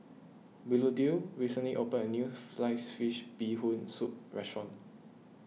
Willodean recently opened a new Sliced Fish Bee Hoon Soup restaurant